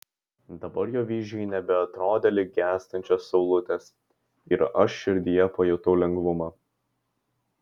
dabar jo vyzdžiai nebeatrodė lyg gęstančios saulutės ir aš širdyje pajutau lengvumą